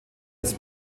des